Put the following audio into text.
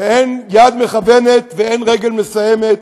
ואין יד מכוונת ואין רגל מסיימת.